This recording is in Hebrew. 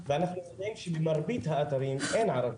ואנחנו מודעים שבמרבית האתרים אין ערבית.